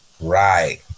Right